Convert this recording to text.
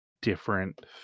different